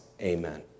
Amen